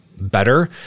better